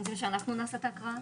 אתם רוצים שאנחנו נעשה את ההקראה?